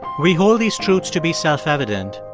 we hold these truths to be self-evident,